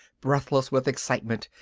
breathless with excitement,